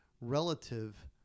relative